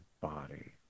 body